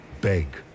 Beg